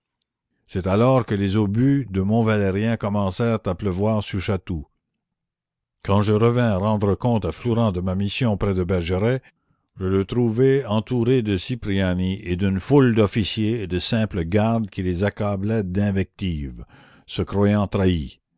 c'est alors que les obus du mont valérien commencèrent à pleuvoir sur chatou quand je revins rendre compte à flourens de ma mission près de bergeret je le trouvai entouré de cipriani et d'une foule d'officiers et de simples gardes qui les accablaient d'invectives se croyant trahis